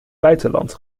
buitenland